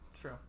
True